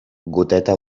goteta